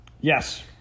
Yes